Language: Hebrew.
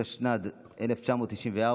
התשנ"ד 1994,